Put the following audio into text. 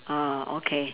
ah okay